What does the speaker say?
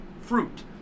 fruit